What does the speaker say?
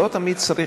לא תמיד צריך,